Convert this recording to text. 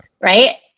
Right